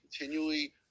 continually